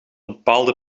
bepaalde